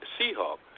Seahawk